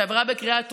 שעברה בקריאה טרומית,